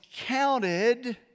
counted